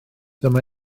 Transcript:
dyma